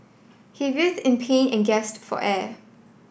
he writhed in pain and gasped for air